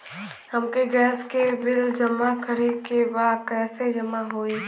हमके गैस के बिल जमा करे के बा कैसे जमा होई?